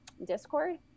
Discord